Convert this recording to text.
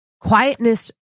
Quietness